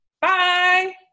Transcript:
Bye